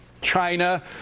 China